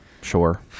Sure